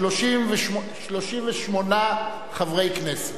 38 חברי כנסת,